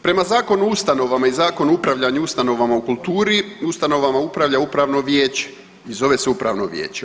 Prema Zakonu o ustanovama i Zakonu o upravljanju ustanovama u kulturi ustanovama upravlja upravno vijeće i zove se upravno vijeće.